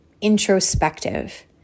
introspective